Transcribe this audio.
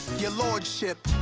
your lordship.